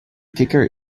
kikker